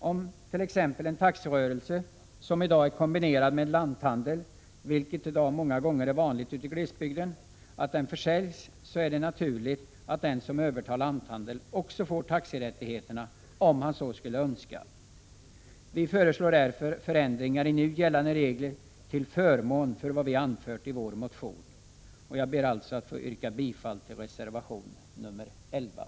Om t.ex. en taxirörelse som är kombinerad med en lanthandel, vilket i dag många gånger är vanligt ute i glesbygden, försäljs, är det naturligt att den som övertar lanthandeln också får taxirättigheterna om han så skulle önska. Vi föreslår därför förändringar i nu gällande regler, till förmån för vad vi anfört i vår motion. Jag ber att få yrka bifall till reservation nr 11.